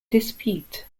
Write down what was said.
dispute